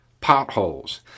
potholes